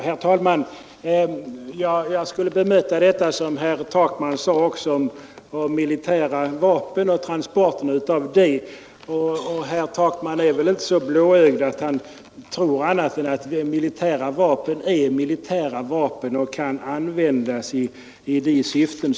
Herr talman! Jag skulle också bemöta det som herr Takman sade om militära vapen och transporten av dessa. Herr Takman är väl inte så blåögd att han tror annat än att militära vapen är militära vapen och att dessa kan användas för skilda syften.